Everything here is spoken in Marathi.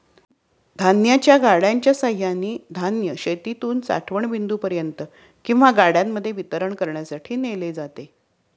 धान्याच्या गाड्यांच्या सहाय्याने धान्य शेतातून साठवण बिंदूपर्यंत किंवा गाड्यांमध्ये वितरणासाठी नेले जाते